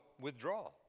withdraw